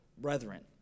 brethren